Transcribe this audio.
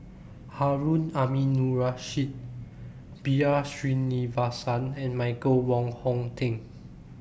Harun Aminurrashid B R Sreenivasan and Michael Wong Hong Teng